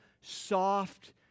soft